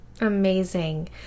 Amazing